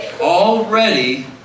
already